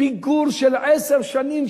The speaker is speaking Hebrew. פיגור של עשר שנים,